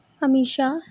Amisha